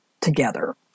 together